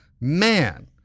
man